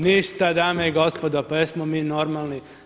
Ništa dame i gospodo, pa jesmo mi normalni?